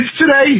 today